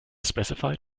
specified